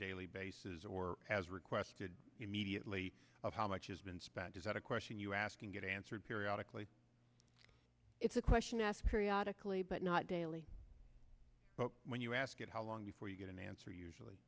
daily basis or has requested immediately of how much has been spent is that a question you ask and get answered periodically it's a question asked periodical a but not daily but when you ask it how long before you get an answer usually